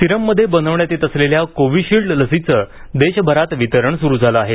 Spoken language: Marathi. सिरममध्ये बनवण्यात येत असलेल्या कोविशिल्ड लसीचं देशभरात वितरण सुरू झालं आहे